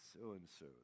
so-and-so